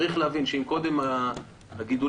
עד אז אני מבינה שבגלל הרפורמה ובגלל הבירוקרטיה,